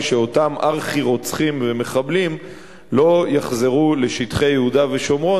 היא שאותם ארכי-רוצחים ומחבלים לא יחזרו לשטחי יהודה ושומרון